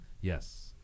yes